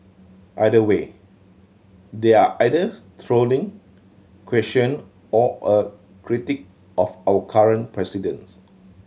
either way there are either trolling question or a critique of our current presidents